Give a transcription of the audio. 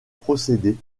procédés